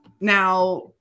now